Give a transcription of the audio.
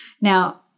Now